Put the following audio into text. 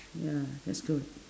ya that's good